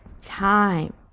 time